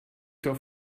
doch